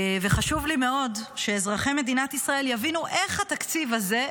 וחשוב לי מאוד שאזרחי מדינת ישראל יבינו איך התקציב הזה,